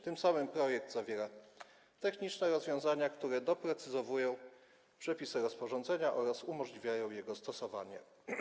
Tym samym projekt zawiera techniczne rozwiązania, które doprecyzowują przepisy rozporządzenia oraz umożliwiają jego stosowanie.